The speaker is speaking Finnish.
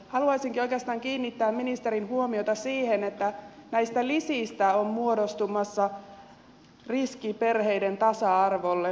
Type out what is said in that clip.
haluaisinkin oikeastaan kiinnittää ministerin huomiota siihen että näistä lisistä on muodostumassa riski perheiden tasa arvolle